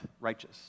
Righteous